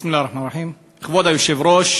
בסם אללה א-רחמאן א-רחים.